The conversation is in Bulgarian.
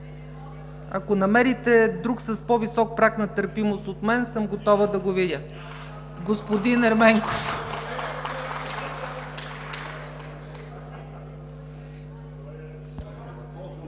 Ако намерите друг с по-висок праг на търпимост от мен, съм готова да го видя. (Ръкопляскания